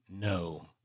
No